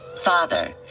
Father